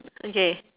okay